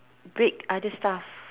break other stuff